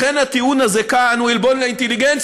לכן הטיעון הזה כאן הוא עלבון לאינטליגנציה,